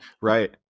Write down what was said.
Right